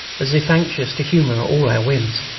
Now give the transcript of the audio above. as if anxious to humour all our whims.